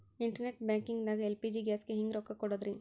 Internet banking ದಾಗ LPG ಗ್ಯಾಸ್ಗೆ ಹೆಂಗ್ ರೊಕ್ಕ ಕೊಡದ್ರಿ?